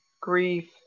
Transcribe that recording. grief